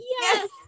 yes